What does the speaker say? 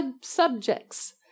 subjects